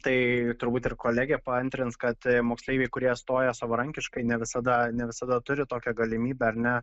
tai turbūt ir kolegė paantrins kad moksleiviai kurie stoja savarankiškai ne visada ne visada turi tokią galimybę ar ne